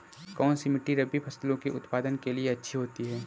कौनसी मिट्टी रबी फसलों के उत्पादन के लिए अच्छी होती है?